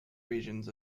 regions